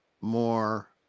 more